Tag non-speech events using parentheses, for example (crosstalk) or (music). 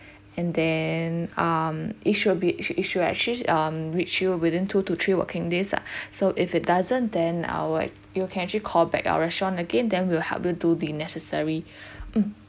and then um it should be it it should actually um reach you within two to three working days lah (breath) so if it doesn't then I will you can actually call back our restaurant again then we'll help you do the necessary (breath) mm